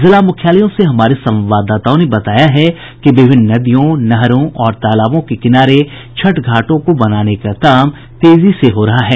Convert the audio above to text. जिला मुख्यालयों से हमारे संवाददाताओं ने बताया है कि विभिन्न नदियों नहरों और तालाबों के किनारे छठ घाटों को बनाने का काम तेजी से हो रहा है